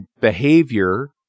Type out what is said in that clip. behavior